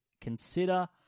consider